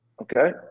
Okay